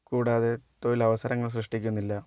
കൂടാതെ തൊഴിൽ അവസരങ്ങൾ സൃഷ്ടിക്കുന്നില്ല